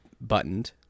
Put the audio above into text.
buttoned